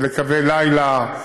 ולקווי לילה,